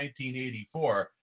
1984